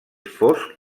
fosc